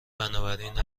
بنابراین